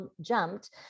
jumped